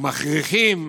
או מכריחים,